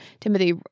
Timothy